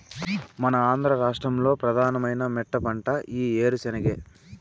మన ఆంధ్ర రాష్ట్రంలో ప్రధానమైన మెట్టపంట ఈ ఏరుశెనగే